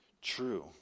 true